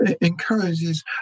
encourages